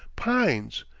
pines,